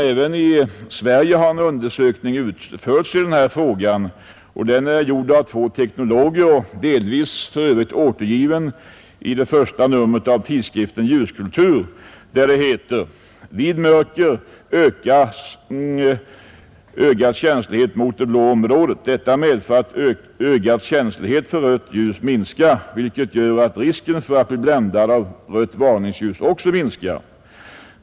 Även i Sverige har en undersökning utförts. Den är gjord av två teknologer och delvis återgiven i årets första nummer av tidskriften Ljuskultur, där det heter: ”Vid mörker förskjuts ögats känslighet mot det blå området. Detta medför, att ögats känslighet för rött ljus minskar, vilket gör att risken för att bli bländad av rött varningsljus också minskar.